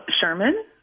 Sherman